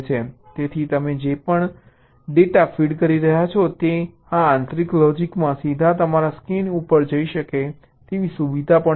તેથી તમે જે પણ ડેટા ફીડ કરી રહ્યાં છો તે આ આંતરિક લોજીકમાં સીધા તમારા સ્કેન ઉપર જઈ શકે તેવી સુવિધા પણ છે